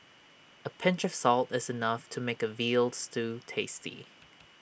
A pinch of salt is enough to make A Veal Stew tasty